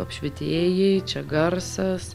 apšvietėjai čia garsas